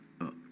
up